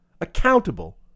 accountable